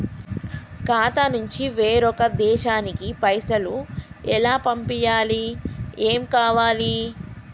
ఖాతా నుంచి వేరొక దేశానికి పైసలు ఎలా పంపియ్యాలి? ఏమేం కావాలి?